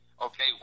Okay